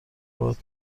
باهات